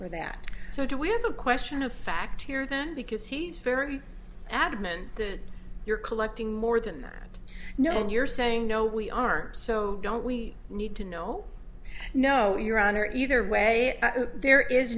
for that so do we have a question of fact here because he's very adamant that you're collecting more than that you know and you're saying no we aren't so don't we need to know no your honor either way there is